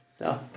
No